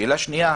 שאלה שנייה: